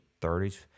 30s